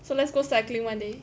so let's go cycling one day